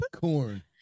corn